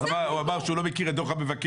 הוא אמר שהוא לא מכיר את דוח המבקר,